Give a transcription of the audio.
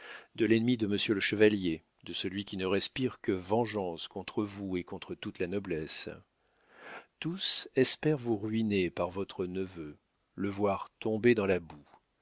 de l'ennemi de monsieur le chevalier de celui qui ne respire que vengeance contre vous et contre toute la noblesse tous espèrent vous ruiner par votre neveu le voir tombé dans la boue